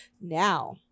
Now